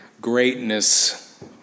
greatness